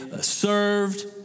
served